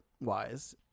wise